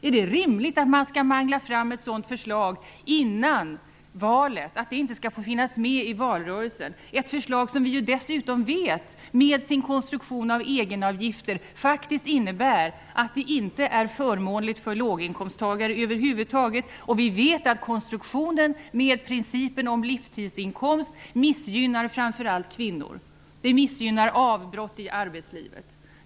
Är det rimligt att man skall mangla fram ett sådant förslag före valet, så att det inte skall få vara med i valrörelsen? Vi vet dessutom att det är ett förslag som med sin konstruktion med egenavgifter inte är förmånligt för låginkomsttagare över huvud taget? Vi vet också att principen om livstidsinkomst missgynnar framför allt kvinnor. Den missgynnar dem som gör avbrott i arbetslivet.